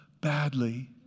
badly